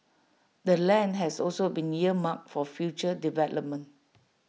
the land has also been earmarked for future development